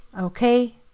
okay